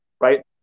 right